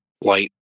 light